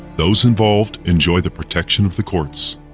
those involved enjoy the protection of the courts.